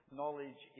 knowledge